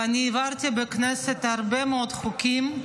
ואני העברתי בכנסת הרבה מאוד חוקים,